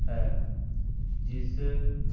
ਹੈ ਜਿਸ